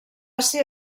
ser